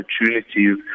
opportunities